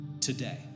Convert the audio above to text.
today